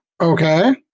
Okay